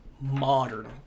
modern